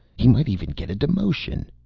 he might even get a demotion.